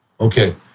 Okay